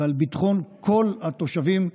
ועל ביטחון כל התושבים,